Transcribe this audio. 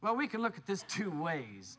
well we can look at this two ways